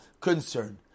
concern